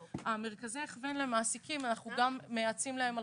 במרכזי הכוון למעסיקים אנחנו גם מייעצים להם על